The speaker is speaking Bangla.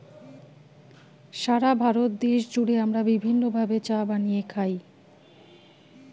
সারা ভারত দেশ জুড়ে আমরা বিভিন্ন ভাবে চা বানিয়ে খাই